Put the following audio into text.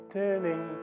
turning